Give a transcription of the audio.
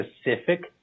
specific